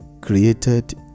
created